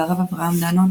והרב אברהם דאנון